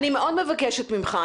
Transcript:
אני מאוד מבקשת ממך,